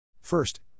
First